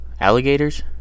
Alligators